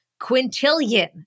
quintillion